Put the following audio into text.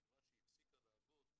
ומכוון שהיא הפסיקה לעבוד,